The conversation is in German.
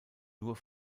nur